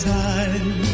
time